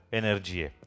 energie